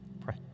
Pray